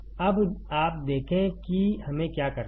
अब आप देखें कि हमें क्या करना है